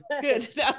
good